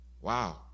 wow